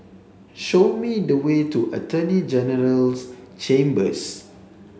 show me the way to Attorney General's Chambers